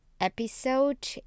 episode